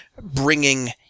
bringing